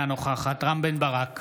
אינה נוכחת רם בן ברק,